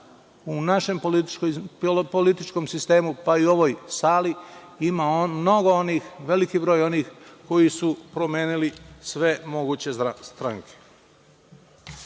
u našem političkom sistemu, pa i u ovoj sali, ima mnogo onih, veliki broj onih koji su promenili sve moguće stranke? Danas